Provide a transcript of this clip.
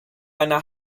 eine